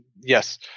yes